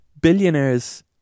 Billionaires